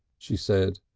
she said.